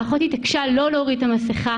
אבל האחות התעקשה לא להוריד את המסכה.